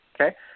Okay